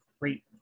great